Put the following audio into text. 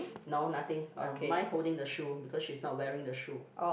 no nothing uh mine holding the shoe because she's not wearing the shoe